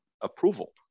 approval